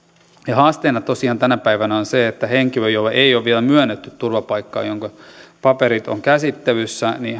haasteena tosiaan tänä päivänä on se että sellaisen henkilön jolle ei ole vielä myönnetty turvapaikkaa ja jonka paperit ovat käsittelyssä